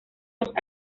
los